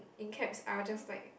in cabs I will just like